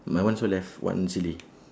my one also left one silly